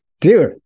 dude